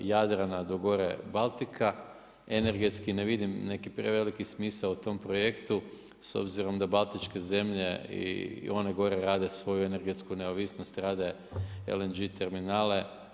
Od Jadrana do Baltika, energetski ne vidim neki preveliki smisao u tom projektu, s obzirom da Baltičke zemlje i one gore rade svoju energetsku neovisnost, rade LNG terminale.